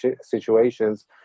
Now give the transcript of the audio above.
situations